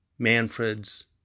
Manfred's